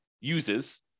uses